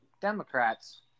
Democrats